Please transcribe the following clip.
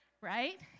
Right